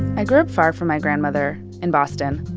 i grew up far from my grandmother. in boston.